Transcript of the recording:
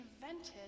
invented